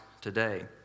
today